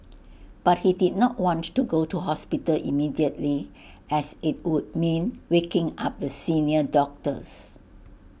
but he did not want to go to hospital immediately as IT would mean waking up the senior doctors